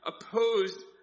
opposed